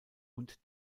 und